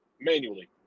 manually